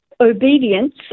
obedience